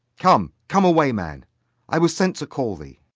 come, come away, man i was sent to call thee.